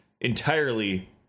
entirely